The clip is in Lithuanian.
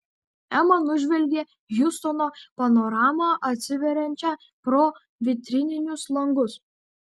ema nužvelgė hjustono panoramą atsiveriančią pro vitrininius langus